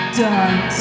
done